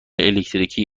الکتریکی